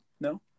no